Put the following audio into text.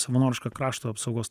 savanorišką krašto apsaugos